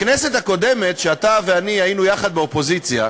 בכנסת הקודמת, כשאתה ואני היינו יחד באופוזיציה,